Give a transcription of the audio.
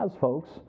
folks